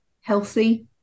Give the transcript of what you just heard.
healthy